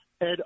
Ed